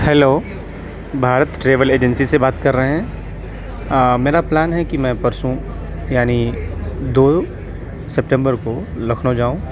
hello Bharat travel agency سے بات کر رہے ہیں میرا پلان ہے کہ میں پرسوں یعنی دو سپٹمبر کو لکھنؤ جاؤں